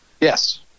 yes